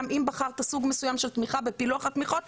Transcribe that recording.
אם בחרת סוג מסוים של תמיכה בפילוח התמיכות,